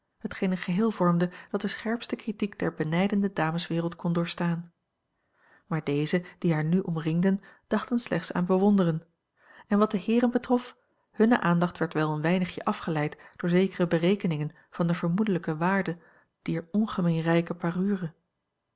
hetgeen een geheel vormde dat de scherpste critiek der benijdende dameswereld kon doorstaan maar deze die haar nu omringden dachten slechts aan bewonderen en wat de heeren betrof hunne aandacht werd wel een weinigje afgeleid door zekere berekeningen van de vermoedelijke waarde dier ongemeen rijke parure